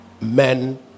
men